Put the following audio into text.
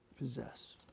possess